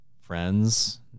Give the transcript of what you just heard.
friends